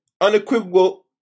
unequivocal